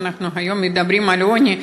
אנחנו היום מדברים על עוני,